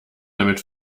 damit